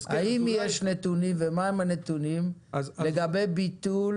האם יש נתונים ומה הם הנתונים לגבי ביטול